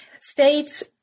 States